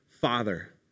Father